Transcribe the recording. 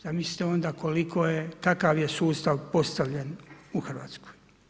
Zamislite onda koliko je, kakav je sustav postavljen u Hrvatsku.